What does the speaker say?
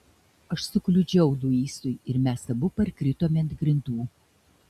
aš sukliudžiau luisui ir mes abu parkritome ant grindų